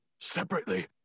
separately